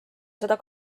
seda